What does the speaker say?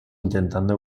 intentando